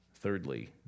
Thirdly